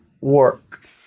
work